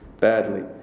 badly